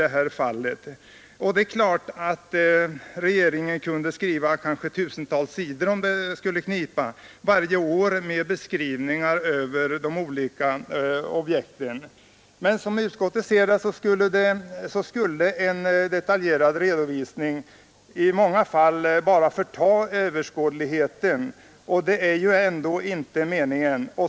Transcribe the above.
Det är klart att regeringen, om det skulle knipa, kunde skriva kanske tusentals sidor varje år med beskrivningar över de olika objekten. Men som utskottet ser det skulle en detaljerad redovisning i många fall bara förta överskådligheten, och det är ändå inte meningen!